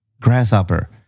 Grasshopper